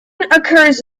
occurs